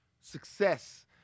success